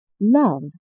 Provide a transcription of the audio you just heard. Love